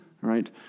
right